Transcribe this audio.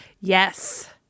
Yes